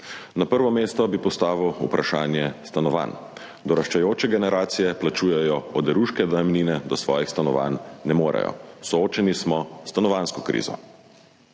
Na prvo mesto bi postavil vprašanje stanovanj. Doraščajoče generacije plačujejo oderuške najemnine, do svojih stanovanj ne morejo, soočeni smo s stanovanjsko krizo.